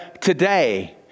today